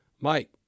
Mike